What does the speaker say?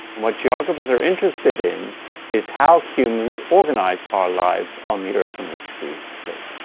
what geographers are interested in is how humans organize our lives on the earth in which we live.